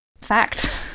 fact